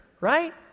right